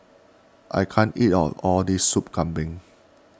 I can't eat all of this Sup Kambing